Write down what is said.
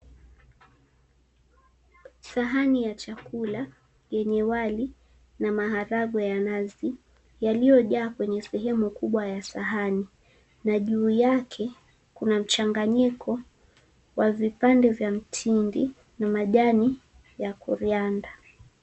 Sahani ya chakula yenye wali na maharagwe ya nazi yaliyojaa kwenye sehemu kubwa ya sahani na juu yake kuna mchanganyiko wa vipande vya mtindi na majani ya coriander .